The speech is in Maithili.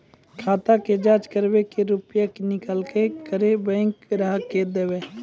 खाता के जाँच करेब के रुपिया निकैलक करऽ बैंक ग्राहक के देब?